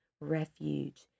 refuge